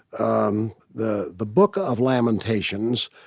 um the the book of lamentations